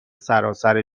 سراسر